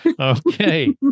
Okay